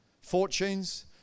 Fortunes